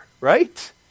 Right